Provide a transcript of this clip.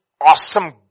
awesome